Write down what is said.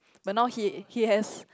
but now he he has